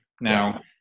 Now